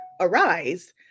arise